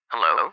Hello